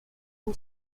and